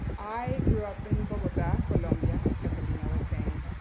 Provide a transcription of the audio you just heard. i grew up in bogota, colombia, as catalina was saying.